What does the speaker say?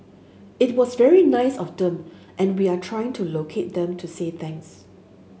it was very nice of them and we are trying to locate them to say thanks